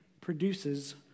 produces